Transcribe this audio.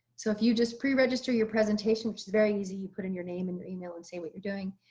so if you just pre register your presentation, which is very easy. you put in your name and your email and say what you're doing,